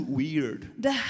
weird